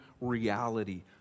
reality